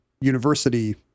university